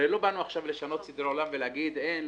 הרי לא באנו עכשיו לשנות סדרי עולם ולהגיד: אין,